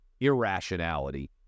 irrationality